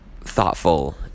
thoughtful